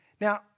Now